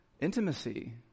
intimacy